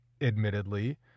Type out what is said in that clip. admittedly